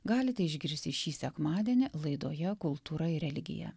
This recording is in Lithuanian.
galite išgirsti šį sekmadienį laidoje kultūra ir religija